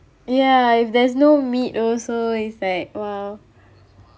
ya if there's no meat also it's like !wow!